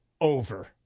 over